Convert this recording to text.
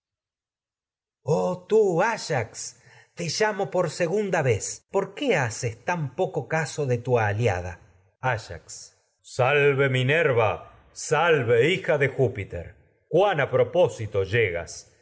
tú áyax te llamo por segunda vez por qué haces tan poco caso de tu aliada áyax salve minerva salve hija de júpiter cuan a propósito oro llegas